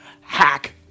hack